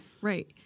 right